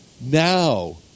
Now